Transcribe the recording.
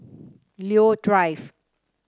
Leo Drive